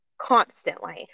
constantly